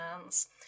hands